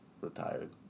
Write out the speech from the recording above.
Retired